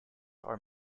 are